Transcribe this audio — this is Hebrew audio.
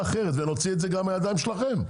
אחרת ונוציא את זה גם מהידיים שלכם,